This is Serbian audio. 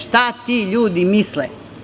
Šta ti ljudi misle?